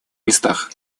местах